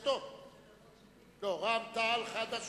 הסיעות הללו: רע"ם-תע"ל, חד"ש